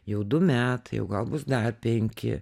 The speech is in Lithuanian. jau du metai o gal bus dar penki